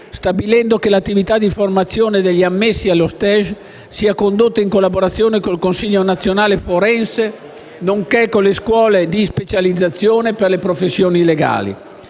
stabilendo che l'attività di formazione degli ammessi allo *stage* sia condotta in collaborazione con il Consiglio nazionale forense, nonché con le scuole di specializzazione per le professioni legali.